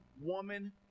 woman